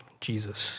Jesus